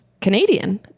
Canadian